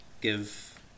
give